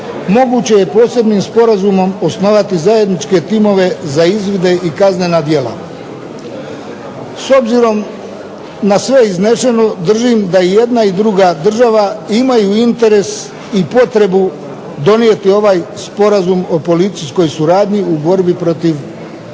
moguće je posebnim sporazumom osnovati zajedničke timove za izvide i kaznena djela. S obzirom na sve iznešeno držim da i jedna i druga država imaju interes i potrebu donijeti ovaj Sporazum o policijskoj suradnji u borbi protiv prekograničnog